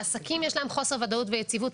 לעסקים יש חוסר ודאות ויציבות.